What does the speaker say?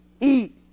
eat